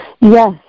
Yes